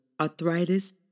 arthritis